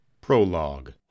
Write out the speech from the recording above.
Prologue